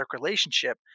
relationship